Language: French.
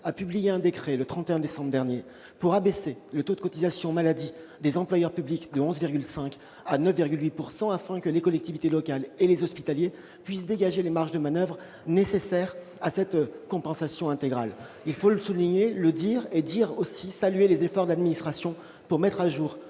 a publié un décret, le 31 décembre dernier, pour abaisser le taux de cotisation maladie des employeurs publics de 11,5 % à 9,8 %, afin que les collectivités locales et les établissements hospitaliers puissent dégager les marges de manoeuvre nécessaires à cette compensation intégrale. Il faut le souligner et saluer les efforts de l'administration pour mettre à jour